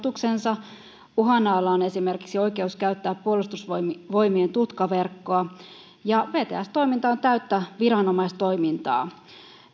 meriliikenneohjaus menettää viranomaisstatuksensa uhan alla on esimerkiksi oikeus käyttää puolustusvoimien tutkaverkkoa vts toiminta on täyttä viranomaistoimintaa